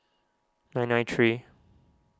nine nine three